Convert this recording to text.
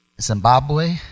Zimbabwe